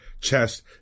chest